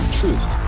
truth